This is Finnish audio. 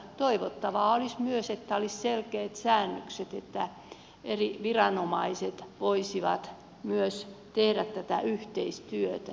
toivottavaa olisi myös että olisi selkeät säännökset niin että eri viranomaiset voisivat myös tehdä tätä yhteistyötä